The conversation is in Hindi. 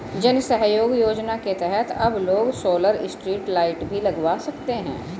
जन सहयोग योजना के तहत अब लोग सोलर स्ट्रीट लाइट भी लगवा सकते हैं